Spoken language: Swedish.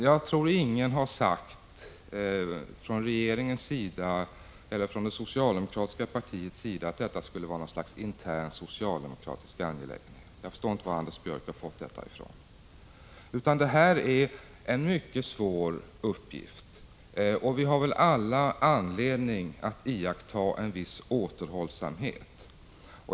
Jag tror ingen har sagt från regeringens sida eller från det socialdemokratiska partiets sida att granskningen skulle vara något slags intern socialdemokratisk angelägenhet. Jag förstår inte var Anders Björck har fått detta ifrån. Uppgiften är mycket svår, och vi har väl alla anledning att iaktta en viss återhållsamhet.